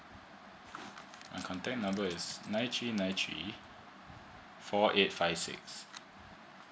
my contact number is nine three nine three four eight five six